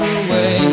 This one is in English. away